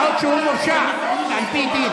מה עוד שהוא מורשע על פי דין.